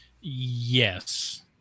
Yes